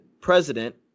president